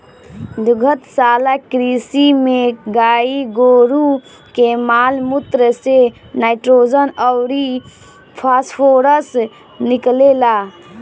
दुग्धशाला कृषि में गाई गोरु के माल मूत्र से नाइट्रोजन अउर फॉस्फोरस निकलेला